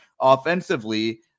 offensively